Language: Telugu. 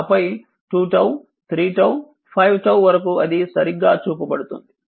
ఆపై 2𝜏 3𝜏 5𝜏 వరకు అది సరిగ్గా చూపబడుతుంది